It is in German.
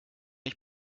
ich